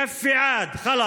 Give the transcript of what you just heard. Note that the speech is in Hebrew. (אומר